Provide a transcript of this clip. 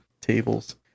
tables